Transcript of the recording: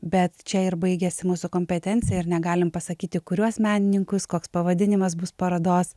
bet čia ir baigiasi mūsų kompetencija ir negalim pasakyti kuriuos menininkus koks pavadinimas bus parodos